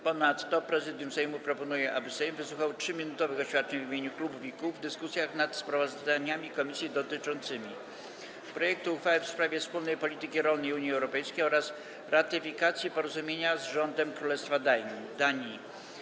Ponadto Prezydium Sejmu proponuje, aby Sejm wysłuchał 3-minutowych oświadczeń w imieniu klubów i kół w dyskusjach nad sprawozdaniami komisji dotyczącymi: - projektu uchwały w sprawie wspólnej polityki rolnej Unii Europejskiej, - ratyfikacji porozumienia z rządem Królestwa Danii.